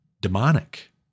demonic